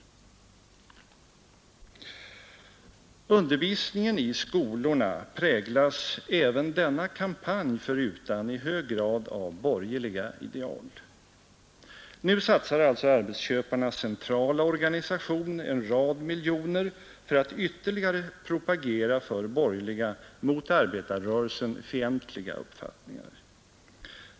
Undervisningen i skolorna präglas även denna kampanj förutan i hög grad av borgerliga ideal. Nu satsar alltså arbetsköparnas centrala organisation en rad miljoner för att ytterligare propagera för borgerliga mot arbetarrörelsen fientliga uppfattningar.